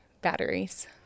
batteries